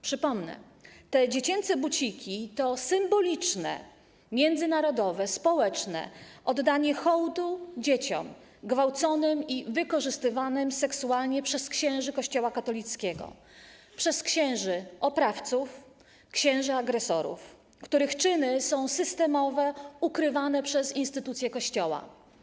Przypomnę: te dziecięce buciki to symboliczne międzynarodowe społeczne oddanie hołdu dzieciom gwałconym i wykorzystywanym seksualnie przez księży Kościoła katolickiego, przez księży oprawców, księży agresorów, których czyny są systemowo ukrywane przez instytucje Kościoła.